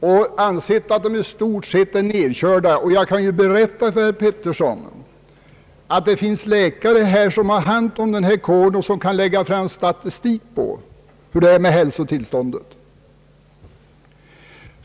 Det har ansetts att de är nedkörda vid uppnåendet av denna pensionsålder, och jag kan berätta för herr Pettersson att det finns läkare som har hand om denna kår och som kan lägga fram statistik på hur det förhåller sig med hälsotillståndet.